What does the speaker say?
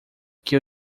que